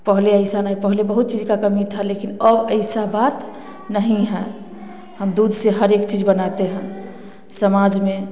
पहले ऐसा नहीं पहले बहुत चीज का कमी था लेकिन अब ऐसा बात नहीं है हम हर हम दूध से हर एक चीज बनाते हैं समाज में